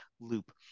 loop